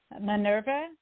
Minerva